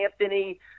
Anthony